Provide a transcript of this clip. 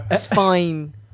Fine